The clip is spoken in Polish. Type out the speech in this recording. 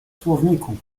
słowniku